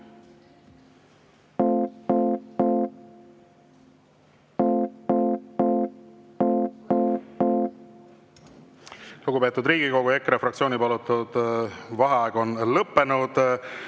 Lugupeetud Riigikogu! EKRE fraktsiooni palutud vaheaeg on lõppenud.